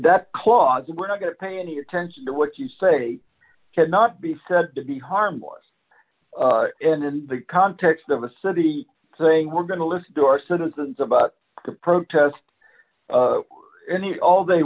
that clause we're not going to pay any attention to what you say cannot be said to be harmless in the context of a city saying we're going to listen to our citizens about protest any all they